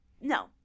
No